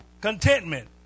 contentment